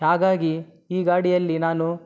ಹಾಗಾಗಿ ಈ ಗಾಡಿಯಲ್ಲಿ ನಾನು